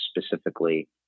specifically